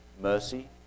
mercy